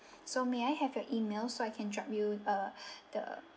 so may I have your email so I can drop you uh the